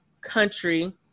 country